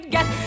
Get